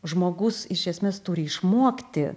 žmogus iš esmės turi išmokti